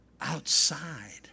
outside